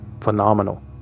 Phenomenal